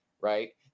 right